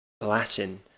Latin